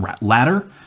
ladder